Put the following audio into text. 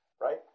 right